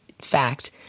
fact